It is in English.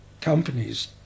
companies